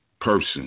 person